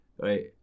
right